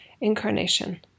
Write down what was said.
incarnation